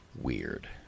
weird